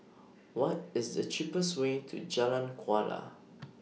What IS The cheapest Way to Jalan Kuala